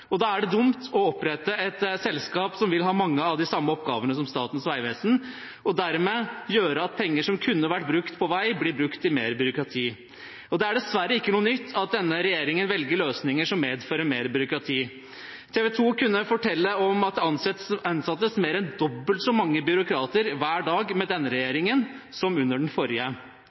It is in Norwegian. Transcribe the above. pengene. Da er det dumt å opprette et selskap som vil ha mange av de samme oppgavene som Statens vegvesen, og dermed gjøre at penger som kunne vært brukt på vei, blir brukt på mer byråkrati. Det er dessverre ikke noe nytt at denne regjeringen velger løsninger som medfører mer byråkrati. TV 2 kunne fortelle at det ansettes mer enn dobbelt så mange byråkrater hver dag med denne